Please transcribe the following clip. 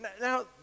now